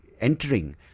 entering